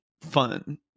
fun